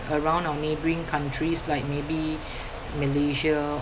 around our neighbouring countries like maybe Malaysia